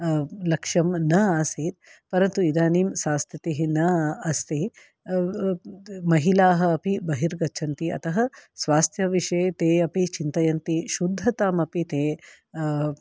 लक्ष्यं न आसीत् परन्तु इदानीं सास्थितिः न अस्ति महिलाः अपि बहिर्गच्छन्ति अतः स्वास्थ्य विषये ते अपि चिन्तयन्ति शुद्धताम् अपि ते